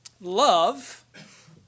love